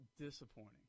disappointing